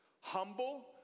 humble